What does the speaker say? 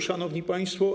Szanowni Państwo!